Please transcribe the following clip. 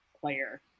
player